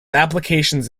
applications